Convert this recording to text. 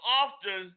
often